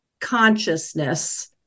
consciousness